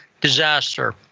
disaster